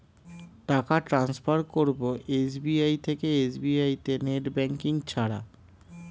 টাকা টান্সফার করব এস.বি.আই থেকে এস.বি.আই তে নেট ব্যাঙ্কিং ছাড়া?